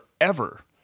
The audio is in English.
forever